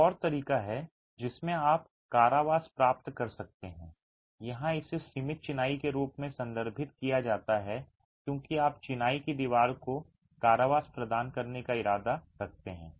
एक और तरीका है जिसमें आप कारावास प्राप्त कर सकते हैं यहां इसे सीमित चिनाई के रूप में संदर्भित किया जाता है क्योंकि आप चिनाई की दीवार को कारावास प्रदान करने का इरादा रखते हैं